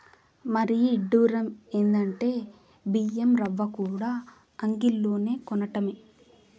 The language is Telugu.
మరీ ఇడ్డురం ఎందంటే బియ్యం రవ్వకూడా అంగిల్లోనే కొనటమే